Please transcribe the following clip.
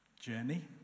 journey